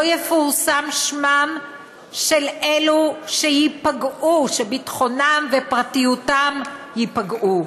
לא יפורסם שמם של אלו שביטחונם ופרטיותם ייפגעו.